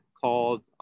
called